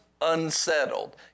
unsettled